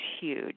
huge